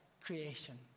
creation